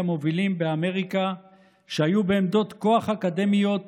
מובילים באמריקה שהיו בעמדות כוח אקדמיות